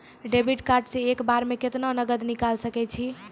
Debit card से एक बार मे केतना नगद निकाल सके छी?